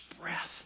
breath